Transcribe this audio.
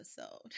episode